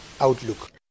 outlook